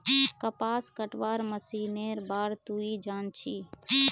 कपास कटवार मशीनेर बार तुई जान छि